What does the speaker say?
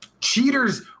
Cheaters